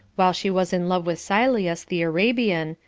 while she was in love with sylleus the arabian,